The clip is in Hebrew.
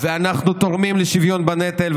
ואנחנו תורמים לשוויון בנטל,